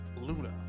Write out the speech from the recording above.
Luna